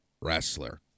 wrestler